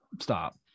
stop